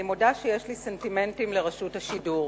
אני מודה שיש לי סנטימנטים לרשות השידור.